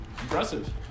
Impressive